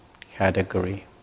category